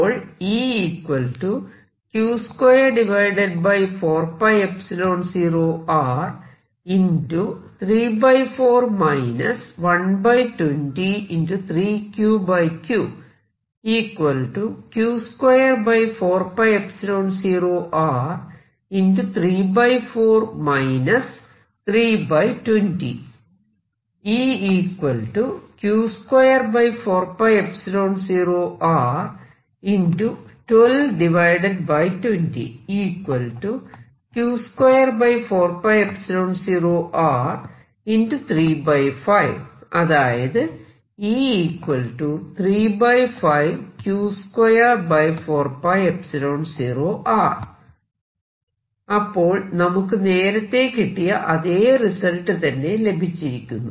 അപ്പോൾ അതായത് അപ്പോൾ നമുക്ക് നേരത്തെ കിട്ടിയ അതെ റിസൾട്ട് തന്നെ ലഭിച്ചിരിക്കുന്നു